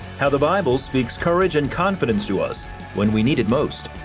how the bible speaks courage and confidence to us when we need it most.